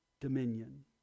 dominion